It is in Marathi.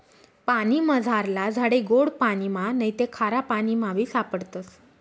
पानीमझारला झाडे गोड पाणिमा नैते खारापाणीमाबी सापडतस